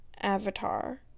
Avatar